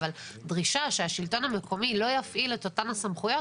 אבל דרישה שהשלטון המקומי לא יפעיל את אותן הסמכויות